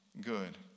good